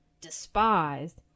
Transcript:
despised